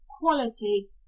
quality